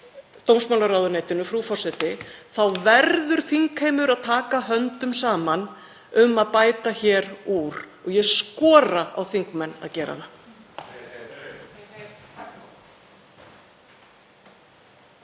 dómsmálaráðuneytinu, frú forseti, verður þingheimur að taka höndum saman um að bæta hér úr og ég skora á þingmenn að gera það.